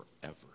forever